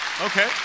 Okay